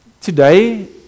today